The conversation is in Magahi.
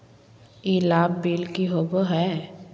ई लाभ बिल की होबो हैं?